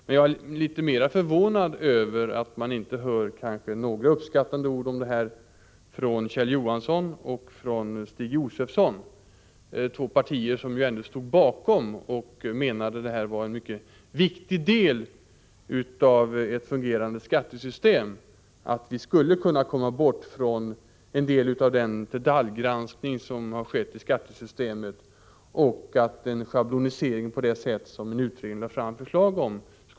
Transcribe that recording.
Men jag är litet förvånad över att inte få några uppskattande ord om detta från Kjell Johansson och Stig Josefson, vilkas båda partier ändå stod bakom tanken att detta var en mycket viktig del av ett fungerande skattesystem. Det gällde att komma bort från en del av den detaljgranskning som skett i skattesystemet, och det var viktigt att kunna genomföra den schablonisering som en utredning lagt fram förslag om.